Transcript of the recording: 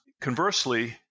conversely